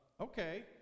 Okay